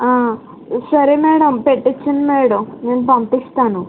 సరే మేడం పెట్టిచ్చండి మేడం నేను పంపిస్తాను